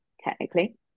technically